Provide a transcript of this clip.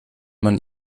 man